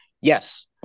yes